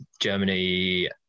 Germany